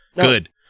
Good